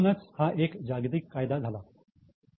म्हणूनच हा एक जागतिक कायदा झाला आहे